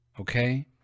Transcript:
Okay